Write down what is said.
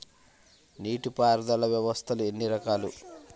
నీటిపారుదల వ్యవస్థలు ఎన్ని రకాలు?